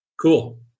Cool